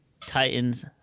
Titans